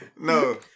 No